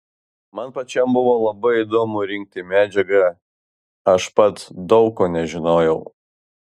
man pačiam buvo labai įdomu rinkti medžiagą aš pats daug ko nežinojau